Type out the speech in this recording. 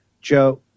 Joe